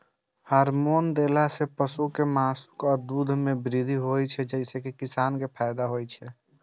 hormone देला सं पशुक मासु आ दूध मे वृद्धि होइ छै, जइसे किसान कें फायदा होइ छै